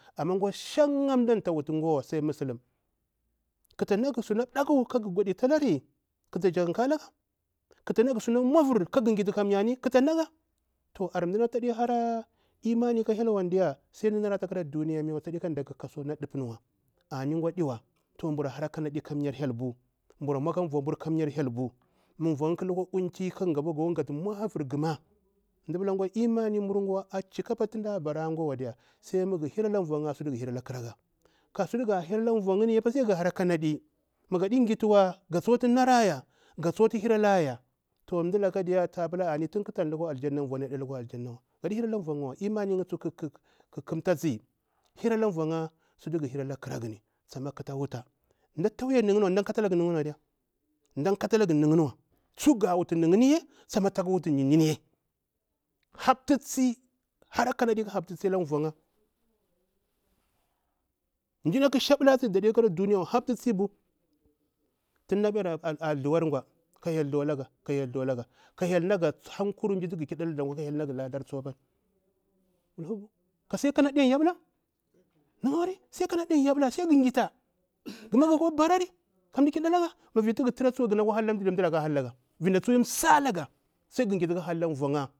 Ama ngwa shankha mda anta wutuwa ngwa sai musulin kata maga suna bdaku kagu goditari kata jakunkha laga kata naga suna mwavir kagu ngita kamirni kata naga to a mdanati tadi hara imani ka hyel wan diya sai mdanatu tadeka duniyawa wamiwa daya ndaka ka suna dupin wa ani ngwa adiwa toh mbura hara kanaɗi kamyar hyel bu, mburu mwa ka vumburu kamyar hyel bu ma vunkha lukwa kunci kara ghatu mwavir ghama, mda pila imanir adeya ta chika pa tuɗa barawa fa sai gha hira ala vunkha sutu gha hira ka ƙaraga, ka, sutu ga hiraka vunkha ni sai gha hara kanadi ma gaɗi gituwa ga tsuktu naraya ga tsuti hiralaya, toh mdala ka diya ta pila tum katan lukwa aljanna nvuni tadi lukwa aljanawa imamini nkha kakamatasi hira la vunkha sutu gha hira la kuraguni tsama kata wuta mda tauya nikha wadiya ndah katalaga nanwa tsu ga wutu nankhani kuma tsakwutu nini haptu tsi hara kanadi kara haptu tsi ala vunkha mji nakha shaɓalasi ata khara duniya tin nabiyari a thuwari ngwa ka hyel thulaga ka hyel thulaga ka hyel naga hankur mji tu gha kiɗalada ka hyel naga ladar tsu apani wulhubu. ka sai kanadi an yaɓula nukha wari sai kah kanadi an yabulan nukhawari sai kanadi an yabula sai gu ngita guma gakwa barari kan kidalaga mah virti gar tara tsuwa ganati gakwa halan mdah tsuwa hallaga vinda stuwa msira laga sai gu ngita gagu halah nvu nkha.